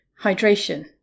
hydration